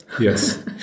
Yes